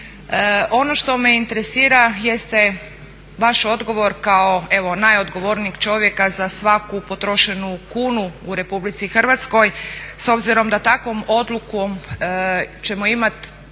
Ono što me interesira jeste vaš odgovor kao evo najodgovornijeg čovjeka za svaku potrošenu kunu u Republici Hrvatskoj s obzirom da takvom odlukom ćemo imati